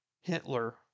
Hitler